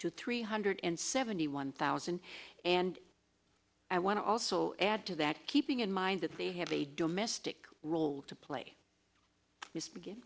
to three hundred and seventy one thousand and i want to also add to that keeping in mind that they have a domestic role to play